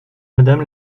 madame